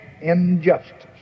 injustice